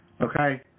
Okay